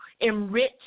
enrich